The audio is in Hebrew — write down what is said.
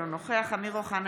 אינו נוכח אמיר אוחנה,